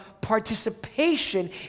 participation